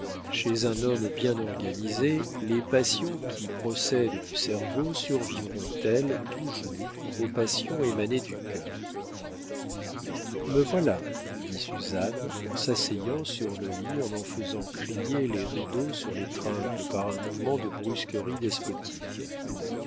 chez un homme bien organisé les passions qui procèdent du cerveau survivront elles toujours aux passions émanées du cœur me voilà dit suzanne en s'asseyant sur le lit en en faisant crier les rideaux sur les tringles par un mouvement de brusquerie despotique